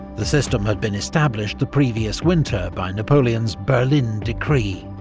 the system had been established the previous winter by napoleon's berlin decree.